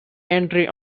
entry